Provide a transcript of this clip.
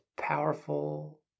powerful